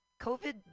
COVID